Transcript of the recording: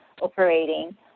operating